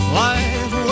life